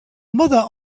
mother